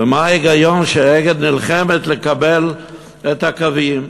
ומה ההיגיון ש"אגד" נלחמת לקבל את הקווים?